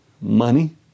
money